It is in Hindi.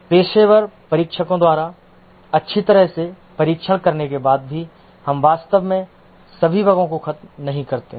पेशेवर परीक्षकों द्वारा अच्छी तरह से परीक्षण करने के बाद भी हम वास्तव में सभी बगों को खत्म नहीं करते हैं